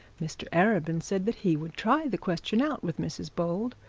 mr arabin said that he would try the question out with mrs bold,